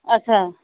अच्छा